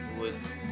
Woods